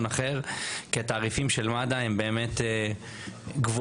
אחר כי התעריפים של מד"א באמת גבוהים.